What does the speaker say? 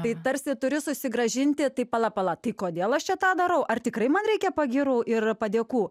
tai tarsi turi susigrąžinti tai pala pala tai kodėl aš čia tą darau ar tikrai man reikia pagyrų ir padėkų